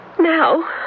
now